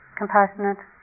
compassionate